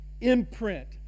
imprint